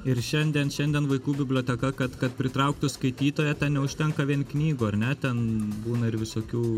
ir šiandien šiandien vaikų biblioteka kad kad pritrauktų skaitytoją neužtenka vien knygų ar ne ten būna ir visokių